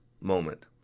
moment